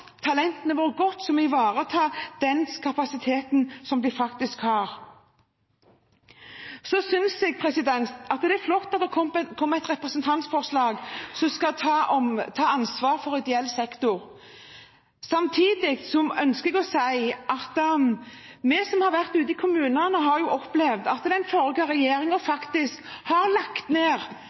talentene våre gode, så vi ivaretar kapasiteten de faktisk har. Jeg synes det er flott at det har kommet et representantforslag om å ta ansvar for ideell sektor. Samtidig ønsker jeg å si at vi som har vært ute i kommunene, har opplevd at den forrige regjeringen faktisk har lagt ned